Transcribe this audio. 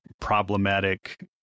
problematic